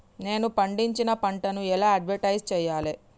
నేను పండించిన పంటను ఎలా అడ్వటైస్ చెయ్యాలే?